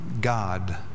God